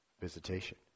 visitation